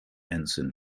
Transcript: ensign